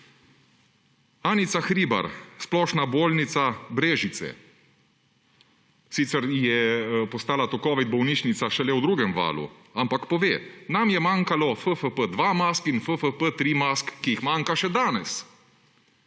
Anica Hribar, Splošna bolnica Brežice; sicer je to postala covid bolnišnica šele v drugem valu, ampak pove, »Nam je manjkalo FFP2 mask in FFP3 mask, ki jih manjka še danes.«